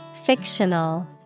Fictional